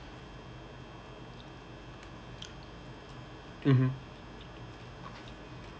mmhmm